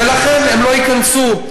ולכן הם לא ייכנסו.